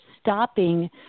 stopping